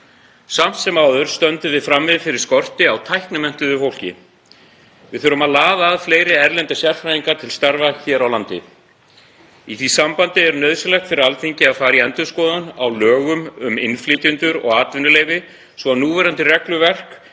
Samt sem áður stöndum við frammi fyrir skorti á tæknimenntuðu fólki. Við þurfum að laða að fleiri erlenda sérfræðinga til starfa hér á landi. Í því sambandi er nauðsynlegt fyrir Alþingi að fara í endurskoðun á lögum um innflytjendur og atvinnuleyfi svo núverandi regluverk